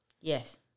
Yes